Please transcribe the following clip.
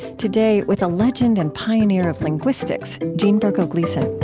today, with a legend and pioneer of linguistics, jean berko gleason